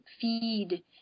feed